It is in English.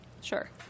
sure